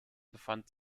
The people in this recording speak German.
befand